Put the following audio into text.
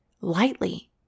lightly